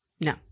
No